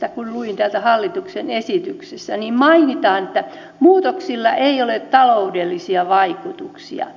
kun luin täältä hallituksen esityksestä niin mainitaan että muutoksilla ei ole taloudellisia vaikutuksia